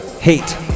hate